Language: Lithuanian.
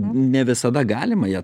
ne visada galima ją